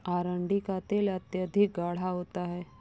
अरंडी का तेल अत्यधिक गाढ़ा होता है